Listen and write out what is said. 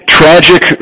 tragic